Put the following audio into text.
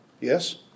Yes